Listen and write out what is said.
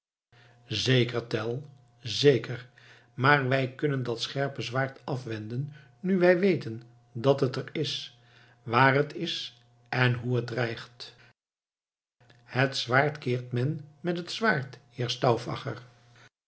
zeker tell zeker maar wij kunnen dat scherpe zwaard afwenden nu wij weten dat het er is waar het is en hoe het dreigt het zwaard keert men met het zwaard